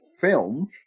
film